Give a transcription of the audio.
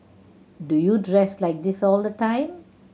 do you dress like this all the time